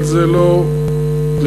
אבל זה לא העניין.